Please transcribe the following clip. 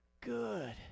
good